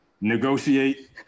negotiate